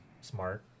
smart